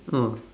oh